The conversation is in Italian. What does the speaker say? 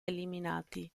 eliminati